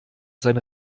sein